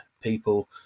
people